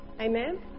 Amen